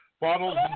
bottles